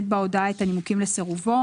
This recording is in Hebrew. בהודעה כאמור את הנימוקים לסירובו".